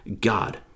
God